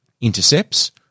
intercepts